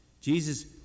Jesus